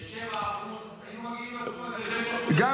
גם,